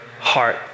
heart